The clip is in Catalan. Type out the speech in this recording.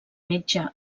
metge